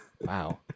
Wow